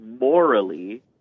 morally